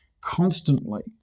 constantly